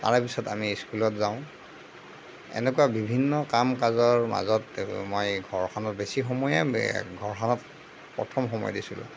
তাৰে পিছত আমি স্কুলত যাওঁ এনেকুৱা বিভিন্ন কাম কাজৰ মাজত মই ঘৰখনত বেছি সময়ে ঘৰখনত প্ৰথম সময় দিছিলোঁ